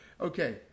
Okay